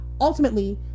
ultimately